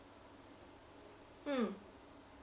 mm